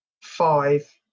five